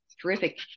terrific